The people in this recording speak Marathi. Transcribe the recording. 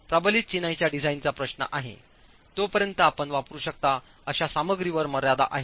प्रबलित चिनाईच्या डिझाइनचा प्रश्न आहे तोपर्यंत आपण वापरू शकता अशा सामग्रीवर मर्यादा आहेत